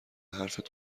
حرفت